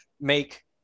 make